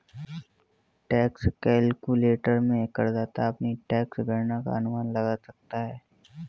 tax calculator में करदाता अपनी टैक्स गणना का अनुमान लगा सकता है